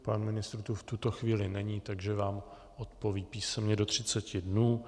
Pan ministr tu v tuto chvíli není, takže vám odpoví písemně do 30 dnů.